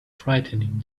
frightening